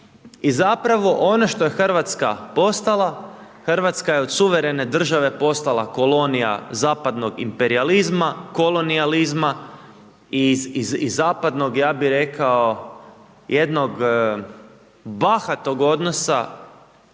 i zapravo, ono što je RH postala, RH je od suvremene države postala kolonija zapadnog imperijalizma, kolonijalizma i zapadnog, ja bi rekao jednog bahatog odnosa